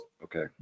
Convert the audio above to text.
okay